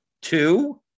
two